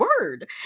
word